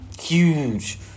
huge